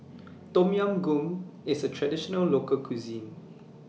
Tom Yam Goong IS A Traditional Local Cuisine